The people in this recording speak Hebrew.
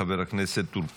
חבר הכנסת טור פז,